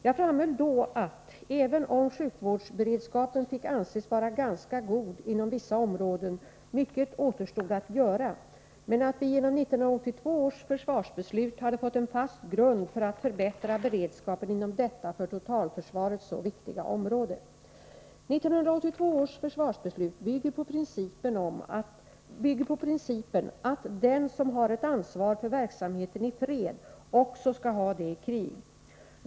Jag framhöll då, att även om sjukvårdsberedskapen fick anses vara ganska god inom vissa områden, mycket återstod att göra, men att vi genom 1982 års försvarsbeslut hade fått en fast grund för att förbättra beredskapen inom detta för totalförsvaret så viktiga område. 1982 års försvarsbeslut bygger på principen att den som har ett ansvar för verksamheten i fred också skall ha det i krig.